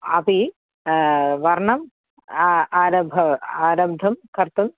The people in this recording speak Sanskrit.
अपि वर्णम् आ आरभव आरब्धं कर्तुम्